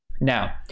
Now